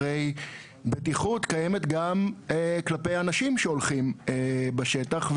הרי בטיחות קיימת גם כלפי אנשים שהולכים בשטח.